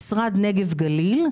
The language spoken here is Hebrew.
ויש את משרד הנגב והגליל,